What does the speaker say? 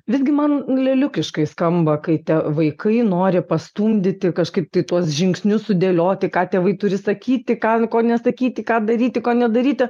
visgi man leliukiškai skamba kai ta vaikai nori pastumdyti kažkaip tai tuos žingsnius sudėlioti ką tėvai turi sakyti ką ant ko nesakyti ką daryti ko nedaryti